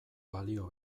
balio